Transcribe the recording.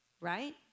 right